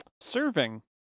Serving